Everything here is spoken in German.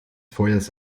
feuers